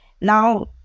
Now